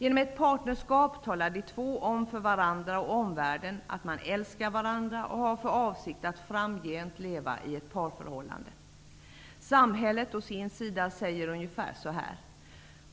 Genom ett partnerskap talar de två om för varandra och omvärlden att man älskar varandra och har för avsikt att framgent leva i ett parförhållande. Samhället å sin sida säger ungefär så här: